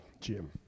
Jim